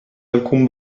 alcun